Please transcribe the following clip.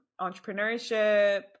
entrepreneurship